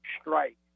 strike